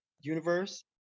universe